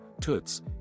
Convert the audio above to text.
toots